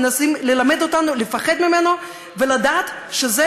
מנסים ללמד אותנו לפחד ממנו ולדעת שזה